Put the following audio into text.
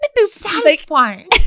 satisfying